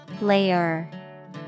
Layer